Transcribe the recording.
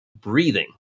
breathing